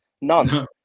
None